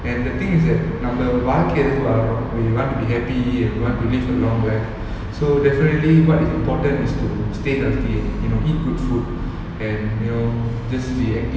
and the thing is that நம்மவாழ்க்கஎதுக்குவாழுறோம்:namma vazhgai edhuku vazhuro when you want to be happy and you want to live a long life so definitely what is important is to stay healthy and you know eat good food and you know just be active for life